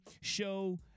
show